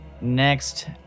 Next